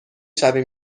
شویم